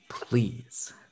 Please